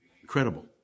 Incredible